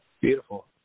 Beautiful